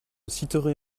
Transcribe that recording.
citerai